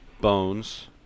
Bones